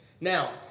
Now